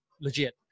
legit